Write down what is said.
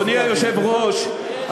אדוני היושב-ראש,